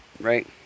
right